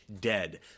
dead